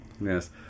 Yes